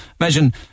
imagine